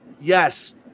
yes